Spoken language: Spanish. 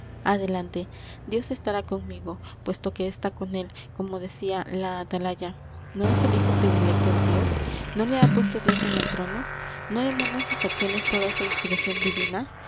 adelante dios estará conmigo puesto que está con él como decíala atalaya no es el hijo predilecto de dios no le ha puesto dios en el trono no emanan sus acciones todas de inspiración divina